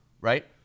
right